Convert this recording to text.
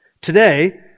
Today